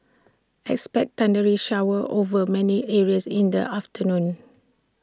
expect thundery showers over many areas in the afternoon